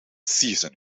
season